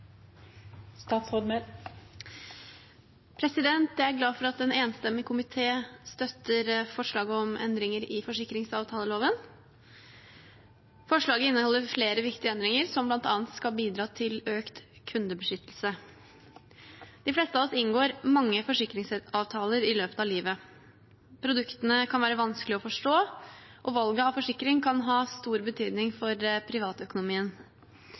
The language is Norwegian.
at en enstemmig komité støtter forslaget om endringer i forsikringsavtaleloven. Forslaget inneholder flere viktige endringer, som bl.a. skal bidra til økt kundebeskyttelse. De fleste av oss inngår mange forsikringsavtaler i løpet av livet. Produktene kan være vanskelig å forstå, og valget av forsikring kan ha stor betydning for privatøkonomien.